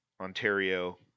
Ontario